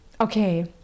Okay